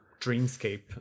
dreamscape